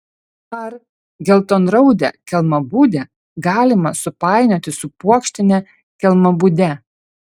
ar geltonraudę kelmabudę galima supainioti su puokštine kelmabude